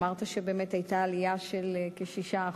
אמרת שבאמת היתה עלייה של כ-6%,